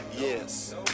Yes